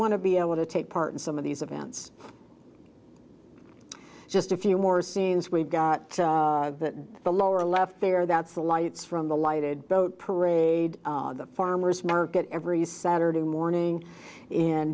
want to be able to take part in some of these events just a few more scenes we've got that the lower left there that's the lights from the lighted boat parade the farmer's market every saturday morning in